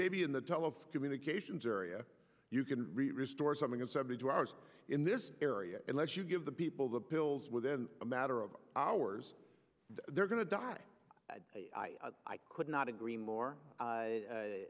may be in the toll of communications area you can restore something in seventy two hours in this area unless you give the people the pills within a matter of hours they're going to die i could not agree more